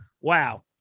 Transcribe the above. Wow